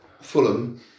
Fulham